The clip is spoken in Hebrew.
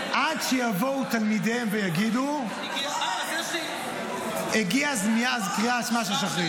עד שיבואו תלמידיהם ויגידו הגיע זמן קריאת שמע של שחרית.